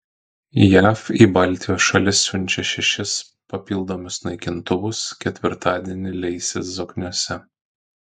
jav į baltijos šalis siunčia šešis papildomus naikintuvus ketvirtadienį leisis zokniuose